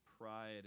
pride